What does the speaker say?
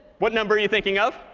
what number are you thinking of?